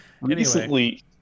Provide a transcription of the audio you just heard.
Recently